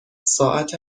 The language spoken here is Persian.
ساعت